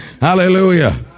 Hallelujah